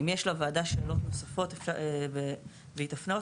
אם יש לוועדה שאלות נוספות והיא תפנה אותן,